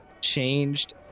changed